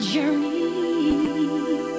journey